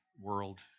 world